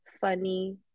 funny